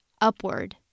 Upward